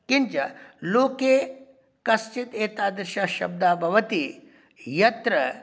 किञ्च लोके कश्चित् एतादृशशब्दः भवति यत्र